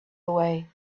away